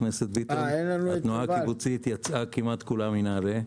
התנועה הקיבוצית יצאה כמעט כולה מנעל"ה.